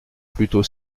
plutôt